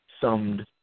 summed